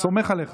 סומך עליך.